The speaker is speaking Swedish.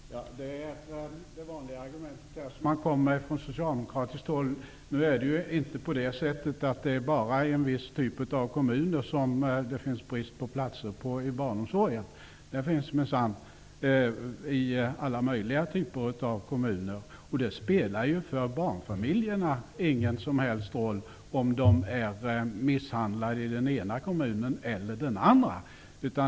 Herr talman! Detta är det argument som man vanligtvis kommer med från socialdemokratiskt håll. Det är inte på det sättet att det bara i en viss typ av kommuner råder brist på platser i barnomsorgen. Det gäller minsann alla möjliga typer av kommuner. För barnfamiljerna spelar det ju ingen som helst roll om de är misshandlade i den ena kommunen eller den andra.